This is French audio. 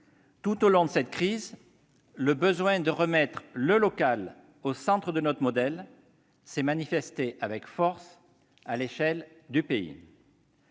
tout au long de cette crise, le besoin de remettre le local au centre de notre modèle s'est manifesté avec force à l'échelle du pays.